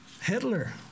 Hitler